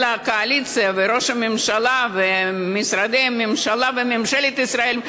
אלא הקואליציה וראש הממשלה ומשרדי הממשלה וממשלת ישראל,